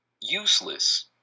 useless